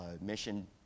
mission